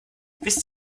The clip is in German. wisst